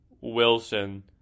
Wilson